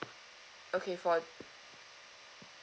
okay for